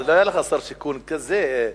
אבל לא היה לך שר שיכון כזה אופטימי.